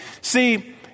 See